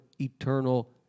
eternal